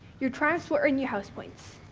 your triumphs will earn you house points.